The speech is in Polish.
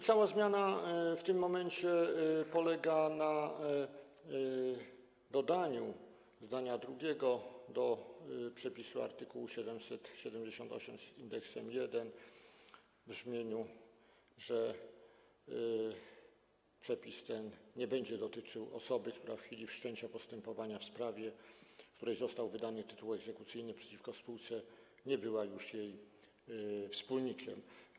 Cała zmiana w tym momencie polega na dodaniu zdania drugiego do przepisu art. 778 w brzmieniu, że przepis ten nie będzie dotyczył osoby, która w chwili wszczęcia postępowania w sprawie, w której został wydany tytuł egzekucyjny przeciwko spółce, nie była już jej wspólnikiem.